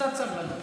קצת סבלנות.